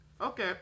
Okay